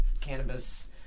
cannabis